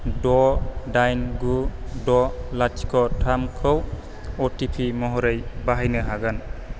द' दाइन गु द' लाथिख' थामखौ अ टि पि महरै बाहायनो हागोन